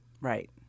Right